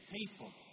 people